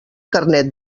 carnet